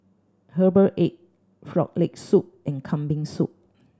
Herbal Egg Frog Leg Soup and Kambing Soup